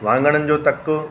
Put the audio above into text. वाङणनि जो तक